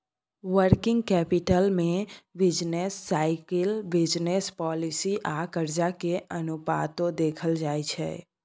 working capital में business cycle, business policy आ कर्जा के अनुपातो देखल जाइ छइ